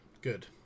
good